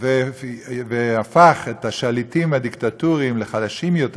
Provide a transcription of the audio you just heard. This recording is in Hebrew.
והפך את השליטים והדיקטטורים לחלשים יותר,